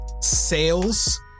sales